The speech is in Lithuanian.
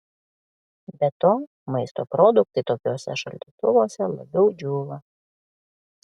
be to maisto produktai tokiuose šaldytuvuose labiau džiūva